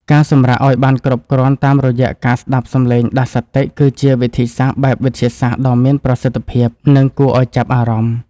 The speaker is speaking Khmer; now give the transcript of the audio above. ការសម្រាកឱ្យបានគ្រប់គ្រាន់តាមរយៈការស្តាប់សំឡេងដាស់សតិគឺជាវិធីសាស្ត្របែបវិទ្យាសាស្ត្រដ៏មានប្រសិទ្ធភាព និង គួរឱ្យចាប់អារម្មណ៍។